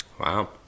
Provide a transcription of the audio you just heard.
Wow